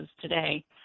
today